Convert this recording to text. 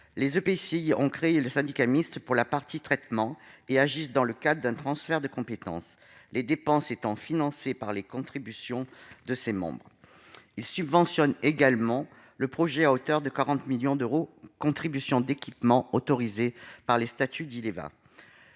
Les EPCI ont créé le syndicat mixte pour la partie traitement et agissent dans le cadre d'un transfert de compétences, les dépenses étant financées par les contributions de ses membres. Ils subventionnent également le projet à hauteur de 40 millions d'euros, contributions d'équipements autorisées par les statuts d'Ileva.